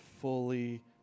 fully